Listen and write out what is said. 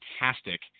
fantastic